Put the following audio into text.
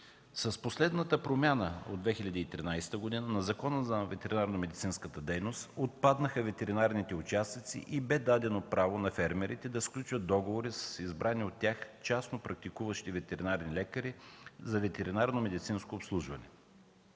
С последната промяна от 2013 г. на Закона за ветеринарномедицинската дейност отпаднаха ветеринарните участъци и бе дадено право на фермерите да сключват договори с избрани от тях частно практикуващи ветеринарни лекари за ветеринарномедицинско обслужване.